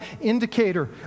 indicator